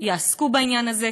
שיעסקו בעניין זה,